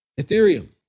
Ethereum